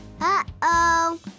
Uh-oh